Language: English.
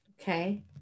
Okay